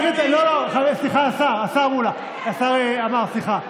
לא, לא, לא, סליחה, השר מולא, השר עמאר, סליחה.